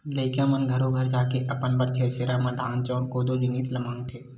लइका मन घरो घर जाके अपन बर छेरछेरा म धान, चाँउर, कोदो, जिनिस ल मागथे